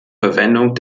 verwendung